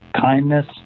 kindness